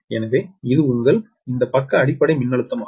எனவே இது உங்கள் இந்த பக்க அடிப்படை மின்னழுத்தமாகும்